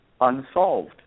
unsolved